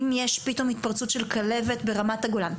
אם יש פתאום התפרצות של כלבת ברמת הגולן,